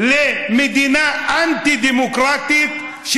למדינה אנטי-דמוקרטית,